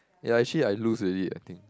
ya actually I lose already I think